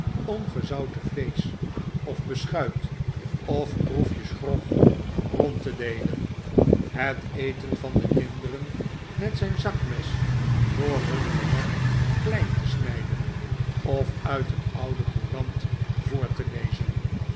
om gezouten vleesch of beschuit of proefjes grog rond te deelen het eten van de kinderen met zijn zakmes voor hun gemak klein te snijden of uit een oude courant voor te lezen